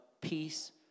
peace